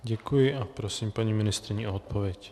Děkuji a prosím paní ministryni o odpověď.